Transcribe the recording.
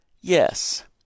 Yes